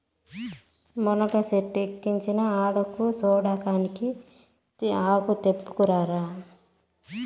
మునగ సెట్టిక్కించినది ఆడకూసోడానికా ఆకు తెంపుకుని రారా